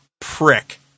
prick